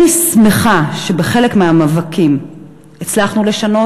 אני שמחה שבחלק מהמאבקים הצלחנו לשנות.